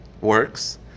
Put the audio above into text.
works